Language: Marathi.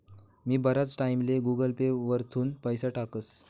मी बराच टाईमले गुगल पे वरथून पैसा टाकस